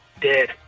dead